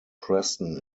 preston